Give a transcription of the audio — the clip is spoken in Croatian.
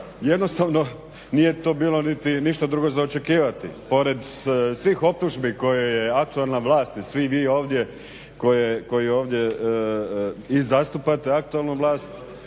jednostavno nije to bilo niti ništa drugo za očekivati. Pored svih optužbi koje je aktualna vlast i svi vi ovdje koji ovdje i zastupate aktualnu vlast